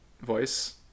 voice